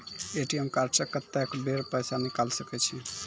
ATM card से कत्तेक बेर पैसा निकाल सके छी?